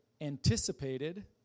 anticipated